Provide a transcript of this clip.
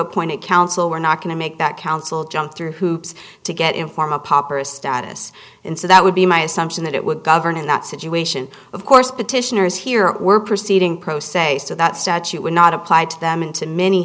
appointed counsel we're not going to make that counsel jump through hoops to get inform a pop or a status and so that would be my assumption that it would govern in that situation of course petitioners here were proceeding pro se so that statute would not apply to them and to many